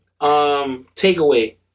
Takeaway